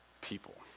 people